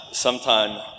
Sometime